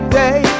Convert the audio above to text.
day